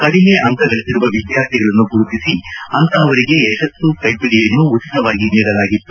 ಕಡಿಮೆ ಅಂಕಗಳಿಸಿರುವ ವಿದ್ವಾರ್ಥಿಗಳನ್ನು ಗುರುತಿಸಿ ಅಂಥವರಿಗೆ ಯಶಸ್ಸು ಕೈಪಿಡಿಯನ್ನು ಉಚಿತವಾಗಿ ನೀಡಲಾಗಿತ್ತು